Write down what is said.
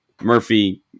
Murphy